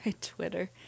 Twitter